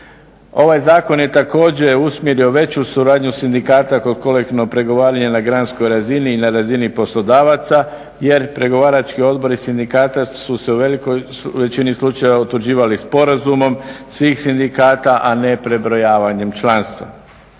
Ovaj zakon je također usmjerio veću suradnju sindikata kod kolektivnog pregovaranja na granskoj razini i na razini poslodavaca jer pregovarački odbori sindikata su se u velikoj većini slučajeva utvrđivali sporazumom svih sindikata a ne prebrojavanjem članstva.